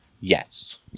yes